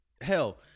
hell